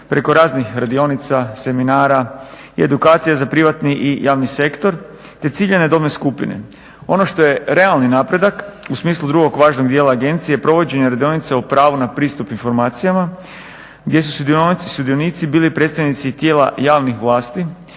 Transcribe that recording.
preko raznih radionica, seminara i edukacija za privatni i javni sektor, te ciljane dobne skupine. Ono što je realni napredak u smislu drugog važnog dijela agencije provođenja radionice o pravu na pristup informacijama gdje su sudionici bili predstavnici tijela javne vlasti,